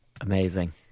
amazing